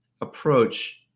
approach